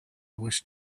wish